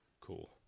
Cool